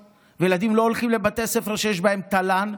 וילדים לא הולכים לבתי ספר שיש בהם תל"ן,